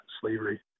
slavery